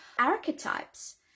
archetypes